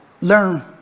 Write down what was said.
learn